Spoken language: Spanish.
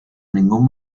ningún